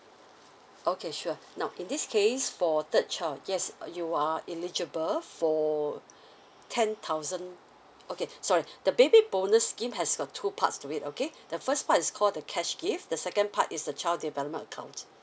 okay sure now this case for third child yes uh you are eligible for ten thousand okay sorry the baby bonus scheme has got two parts to it okay the first part is call the cash gift the second part is the child development account